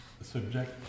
subject